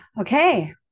Okay